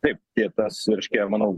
taip tie tas reiškia ir manau